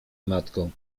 matką